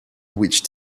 which